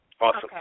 Awesome